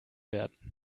werden